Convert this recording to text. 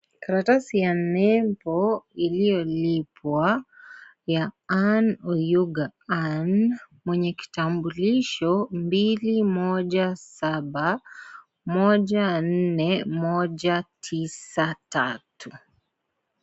Karatasi ya nembo iliyolipwa ya Anne Oyuga Ann mwenye kitambulisho mbili, 1714193